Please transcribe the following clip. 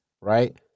Right